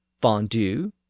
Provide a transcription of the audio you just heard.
fondue